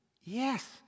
Yes